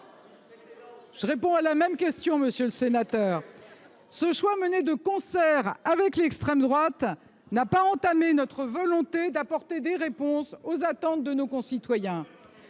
Je réponds à la même question, monsieur le sénateur ! Ce choix, effectué de concert avec l’extrême droite, n’a pas entamé notre volonté d’apporter des réponses aux attentes de nos concitoyens.